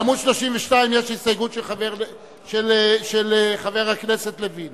יש הסתייגות של חבר הכנסת לוין,